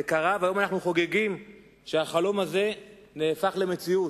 זה קרה והיום אנחנו חוגגים את זה שהחלום הזה הפך למציאות.